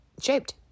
shaped